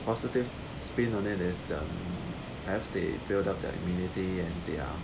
positive spin on it is um has they build up their immunity and they are